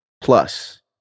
plus